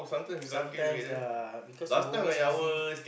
sometimes lah because you always busy